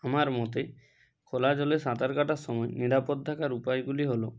আমার মতে খোলা জলে সাঁতার কাটার সময় নিরাপদ থাকার উপায়গুলি হল